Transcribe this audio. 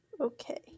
Okay